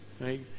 right